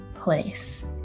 place